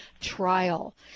trial